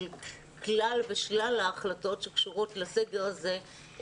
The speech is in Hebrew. על כלל ושלל ההחלטות שקשורות לסגר הזה,